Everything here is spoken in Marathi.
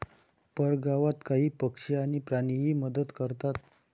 परगावात काही पक्षी आणि प्राणीही मदत करतात